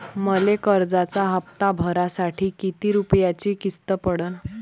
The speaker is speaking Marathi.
मले कर्जाचा हप्ता भरासाठी किती रूपयाची किस्त पडन?